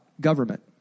government